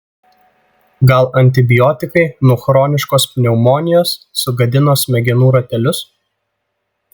gal antibiotikai nuo chroniškos pneumonijos sugadino smegenų ratelius